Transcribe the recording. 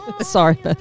Sorry